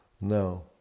No